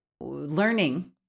learning